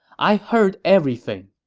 i heard everything.